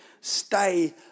stay